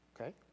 okay